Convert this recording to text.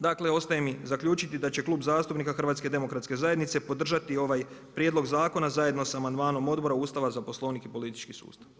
Dakle, ostaje mi zaključiti da će Klub zastupnika HDZ-a podržati ovaj prijedlog zakona zajedno sa amandmanom Odbora za Ustav, Poslovnik i politički sustav.